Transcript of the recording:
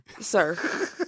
Sir